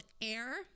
Air